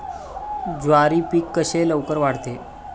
ज्वारी पीक कसे लवकर वाढते?